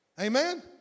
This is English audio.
Amen